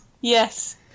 yes